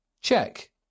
Check